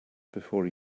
before